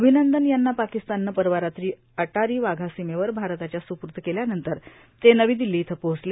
अभिनंदन यांना पाकिस्ताननं परवा रात्री अटारी वाघा सीमेवर भारताच्या स्पूर्द केल्यानंतर ते नवी दिल्ली इथं पोहेचले